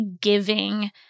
giving